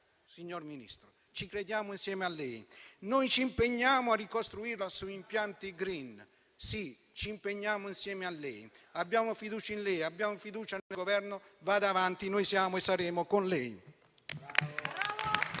signor Ministro, ci crediamo insieme a lei. Noi ci impegniamo a ricostruire su impianti *green*; sì, ci impegniamo insieme a lei. Abbiamo fiducia in lei, abbiamo fiducia nel Governo, vada avanti, noi siamo e saremo con lei.